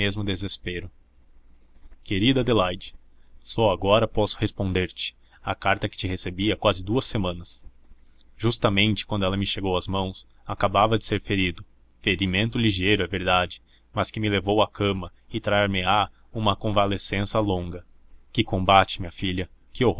mesmo desespero querida adelaide só agora posso responder te a carta que recebi há quase duas semanas justamente quando ela me chegou às mãos acabava de ser ferido ferimento ligeiro é verdade mas que me levou à cama e tratar me á uma convalescença longa que combate milha filha que